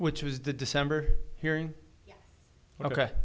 which was the december hearing ok